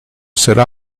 cela